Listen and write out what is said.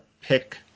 pick